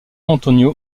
antonio